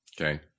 Okay